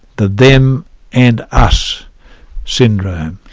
the them and us syndrome.